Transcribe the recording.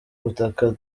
ubutaka